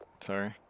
Sorry